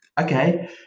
okay